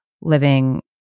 living